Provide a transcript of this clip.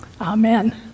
Amen